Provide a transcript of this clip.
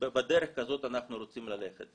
בדרך כזאת אנחנו רוצים ללכת.